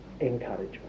encouragement